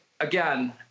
again